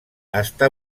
està